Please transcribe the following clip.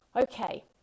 okay